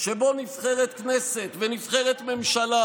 שבו נבחרת הכנסת ונבחרת ממשלה,